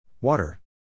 Water